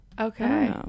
okay